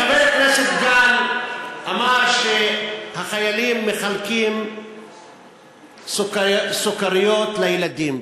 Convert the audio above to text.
חבר הכנסת גל אמר שהחיילים מחלקים סוכריות לילדים.